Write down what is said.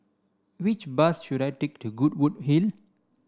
which bus should I take to Goodwood Hill